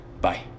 Bye